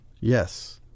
Yes